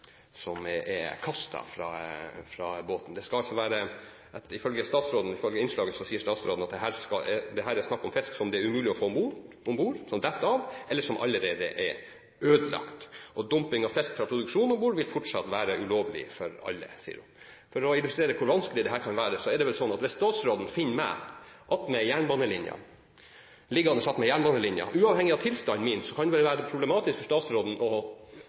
fra båten. Statsråden sier at det her er snakk om fisk som det er umulig å få om bord, som faller av, eller som allerede er ødelagt. Og dumping av fisk fra produksjon om bord vil fortsatt være ulovlig for alle, sier hun. For å illustrere hvor vanskelig dette kan være: Det er vel slik at hvis statsråden finner meg liggende ved siden av jernbanelinjen, så kan det vel – uavhengig av min tilstand – være problematisk for statsråden umiddelbart å